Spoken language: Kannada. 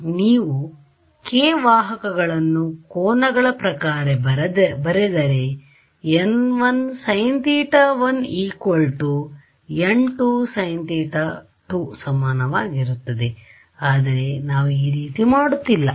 ಒಮ್ಮೆ ನೀವು k ವಾಹಕಗಳನ್ನು ಕೋನಗಳ ಪ್ರಕಾರ ಬರೆದರೆ n1 sin θ1 n2 sin θ2 ಸಮನಾಗಿರುತ್ತದೆ ಆದರೆ ನಾವು ಈ ರೀತಿ ಮಾಡುತ್ತಿಲ್ಲ